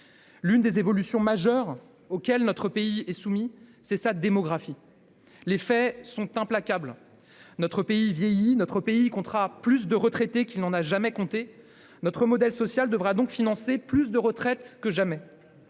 L'une des évolutions majeures auxquelles notre pays est soumis, c'est l'évolution de sa démographie. Les faits sont implacables : notre pays vieillit et comptera plus de retraités qu'il n'en a jamais comptés. Notre modèle social devra donc financer plus de retraites que jamais.